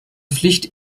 pflicht